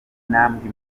intambwe